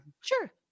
Sure